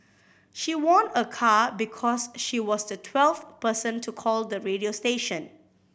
she won a car because she was the twelfth person to call the radio station